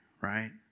right